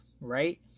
right